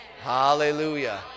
Hallelujah